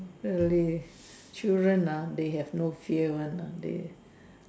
really children ah they have no fear one ah they